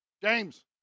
James